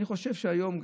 אני חושב שהיום,